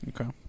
Okay